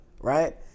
right